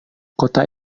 kota